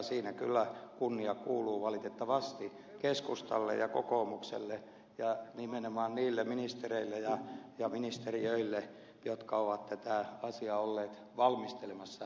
siinä kyllä kunnia kuuluu valitettavasti keskustalle ja kokoomukselle ja nimenomaan niille ministereille ja ministeriöille jotka ovat tätä asiaa olleet valmistelemassa